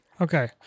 Okay